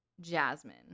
Jasmine